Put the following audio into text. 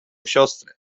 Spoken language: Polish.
siostrę